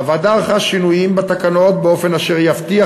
הוועדה ערכה שינויים בתקנות באופן אשר יבטיח